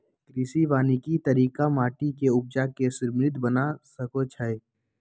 कृषि वानिकी तरिका माटि के उपजा के समृद्ध बना सकइछइ